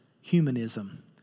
humanism